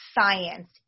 science